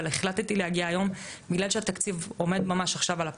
אבל החלטתי להגיע היום כי התקציב עומד ממש עכשיו על הפרק,